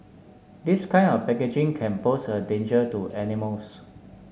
this kind of packaging can pose a danger to animals